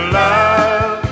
love